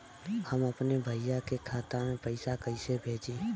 हम अपने भईया के खाता में पैसा कईसे भेजी?